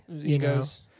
Egos